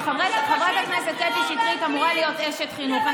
שחברת הכנסת קטי שטרית אמורה להיות אשת חינוך.